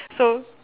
so